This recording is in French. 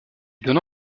donna